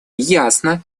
ясно